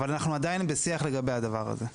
אבל אנחנו עדיין בשיח לגבי הדבר הזה.